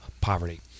poverty